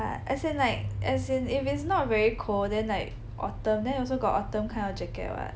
but as in like as in if it's not very cold then like autumn then also got autumn kind of jacket [what]